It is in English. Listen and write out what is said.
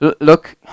look